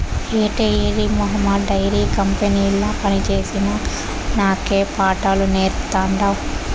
ఏటే ఎర్రి మొహమా డైరీ కంపెనీల పనిచేసిన నాకే పాఠాలు నేర్పతాండావ్